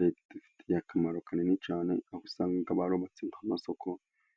Leta idufitiye akamaro kanini cyane, aho usanga barubatse nk'amasoko